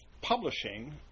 publishing